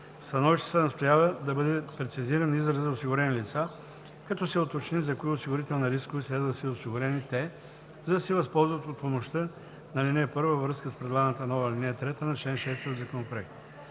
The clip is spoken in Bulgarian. становището се настоява да бъде прецизиран изразът „осигурени лица“, като се уточни за кои осигурителни рискове следва да са осигурени те, за да се възползват от помощта на ал. 1, във връзка с предлаганата нова ал. 3 на чл. 6 от Законопроекта.